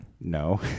No